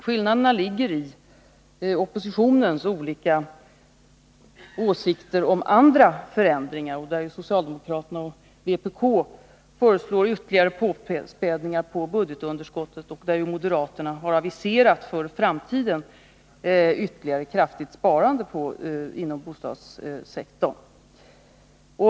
De meningsskiljaktligheter som förekommer beror på olika åsikter om andra förändringar. Socialdemokraterna och vpk föreslår ytterligare påspädningar på budgetunderskottet, medan moderaterna har aviserat för framtiden ytterligare kraftigt sparande inom bostadssektorn.